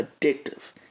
Addictive